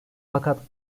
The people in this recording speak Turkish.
fakat